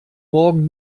morgen